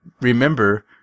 remember